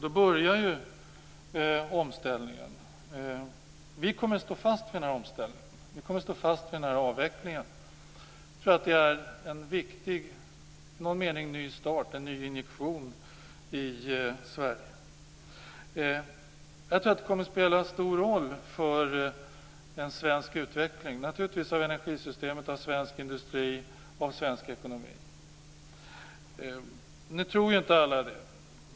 Då börjar omställningen. Vi kommer att stå fast vid denna omställning och denna avveckling. Jag tror att det i någon mening innebär en ny start och en ny injektion i Sverige. Jag tror att det kommer att spela en stor roll för en svensk utveckling av energisystemet, av svensk industri och av svensk ekonomi. Nu tror inte alla det.